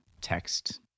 text